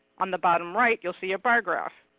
on the bottom right, you'll see a bar graph.